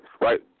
Right